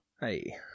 Hey